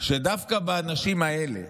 שדווקא האנשים האלה,